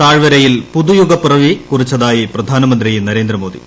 താഴ്വരയിൽ പുതുയുഗപ്പിറവി കുറിച്ചതായി പ്രധാനമന്ത്രി നരേന്ദ്രമോദി